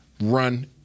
run